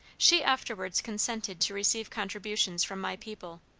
she afterwards consented to receive contributions from my people,